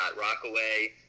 Rockaway